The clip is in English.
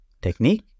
technique